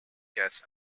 guests